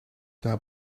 not